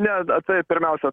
ne na tai pirmiausia